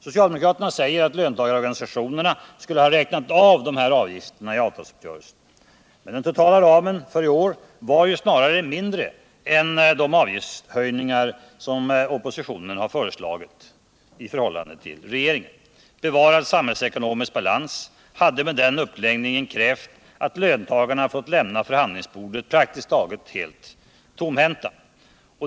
Socialdemokraterna säger att löntagarorganisationerna skulle ha räknat av de här avgifterna i avtalsuppgörelsen. Men den totala ramen för i år var ju snarast mindre än de avgiftshöjningar som oppositionen har föreslagit i förhållande till regeringen. Bevarad samhällsekonomisk balans hade med den uppläggningen krävt att löntagarna fått lämna förhandlingsbordet praktiskt taget helt tomhänta.